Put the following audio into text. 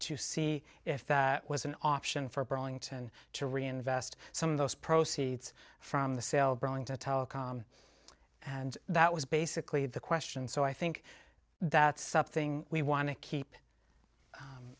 to see if that was an option for burlington to reinvest some of those proceeds from the sale of brawling to telecom and that was basically the question so i think that's something we want to keep